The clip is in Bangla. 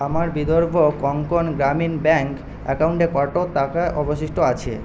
আমার বিদর্ভ কোঙ্কন গ্রামীণ ব্যাঙ্ক অ্যাকাউন্টে কত টাকা অবশিষ্ট আছে